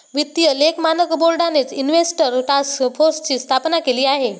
वित्तीय लेख मानक बोर्डानेच इन्व्हेस्टर टास्क फोर्सची स्थापना केलेली आहे